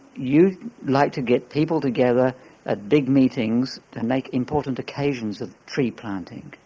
you like to get people together at big meetings to make important occasions of tree planting.